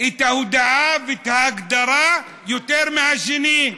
את ההודעה ואת ההגדרה יותר מהשני.